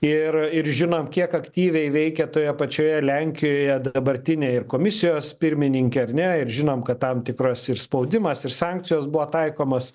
ir ir žinom kiek aktyviai veikia toje pačioje lenkijoje dabartinė ir komisijos pirmininkė ar ne ir žinom kad tam tikras ir spaudimas ir sankcijos buvo taikomos